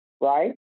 right